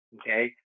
okay